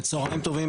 צהריים טובים.